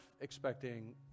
expecting